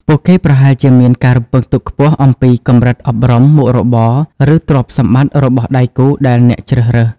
ពួកគេប្រហែលជាមានការរំពឹងទុកខ្ពស់អំពីកម្រិតអប់រំ មុខរបរ ឬទ្រព្យសម្បត្តិរបស់ដៃគូដែលអ្នកជ្រើសរើស។